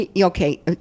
okay